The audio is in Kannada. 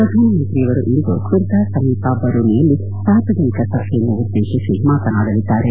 ಪ್ರಧಾನ ಮಂತ್ರಿಯವರು ಇಂದು ಖುರ್ದಾ ಸಮೀಪ ಬರೂನಿಯಲ್ಲಿ ಸಾರ್ವಜನಿಕ ಸಭೆಯನ್ನು ಉದ್ಲೇಶಿಸಿ ಮಾತನಾಡಲಿದ್ದಾರೆ